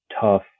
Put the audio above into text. tough